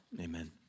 Amen